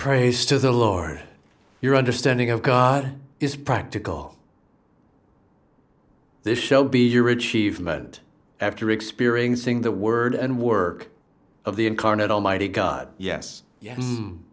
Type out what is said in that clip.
praise to the lord your understanding of god is practical this shall be your achievement after experiencing the word and work of the incarnate almighty god yes ye